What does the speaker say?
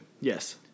Yes